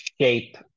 shape